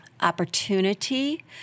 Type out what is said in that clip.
opportunity